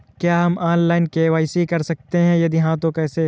क्या हम online KYC कर सकते हैं यदि हाँ तो कैसे?